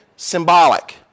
symbolic